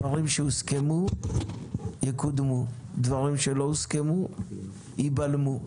דברים שהוסכמו יקודמו; דברים שלא הוסכמו ייבלמו.